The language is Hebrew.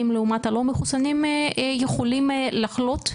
לעומת הלא מחוסנים יכולים לחלות?